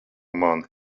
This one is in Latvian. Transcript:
mani